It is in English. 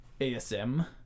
ASM